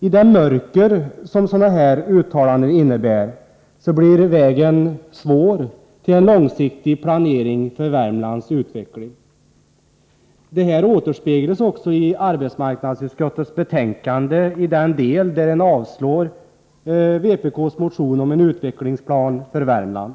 I det mörker som uttalanden av detta slag innebär blir vägen svår till en långsiktig planering för Värmlands utveckling. Detta återspeglas också i arbetsmarknadsutskottets betänkande i den del där man avstyrker vpk:s motion om en utvecklingsplan för Värmland.